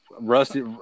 Rusty